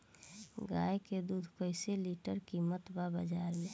गाय के दूध कइसे लीटर कीमत बा बाज़ार मे?